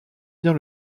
bien